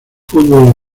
fútbol